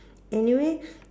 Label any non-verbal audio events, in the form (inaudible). anyway (breath)